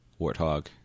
warthog